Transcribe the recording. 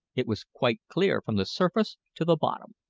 it was quite clear from the surface to the bottom,